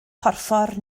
porffor